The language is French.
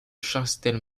chastel